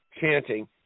chanting